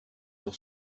sur